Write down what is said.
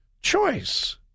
choice